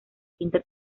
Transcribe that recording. quinta